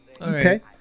Okay